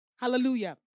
Hallelujah